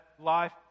life